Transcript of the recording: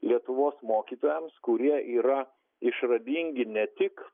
lietuvos mokytojams kurie yra išradingi ne tik